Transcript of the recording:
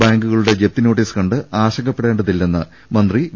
ബാങ്കുക ളുടെ ജപ്തി നോട്ടീസ് കണ്ട് ആശങ്കപ്പെടേണ്ടതിലെന്ന് മന്ത്രി വി